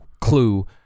clue